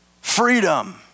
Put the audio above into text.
freedom